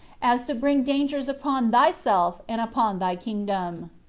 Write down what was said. as to bring dangers upon thyself and upon thy kingdom.